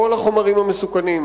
כל החומרים המסוכנים,